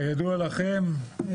כידוע לכם,